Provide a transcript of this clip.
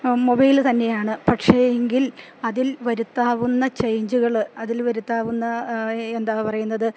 mobile തന്നെയാണ് പക്ഷെങ്കിൽ അതിൽ വരുത്താവുന്ന ചേഞ്ചുകള് അതിൽ വരുത്താവുന്ന എന്താണ് പറയുന്നത്